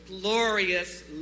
glorious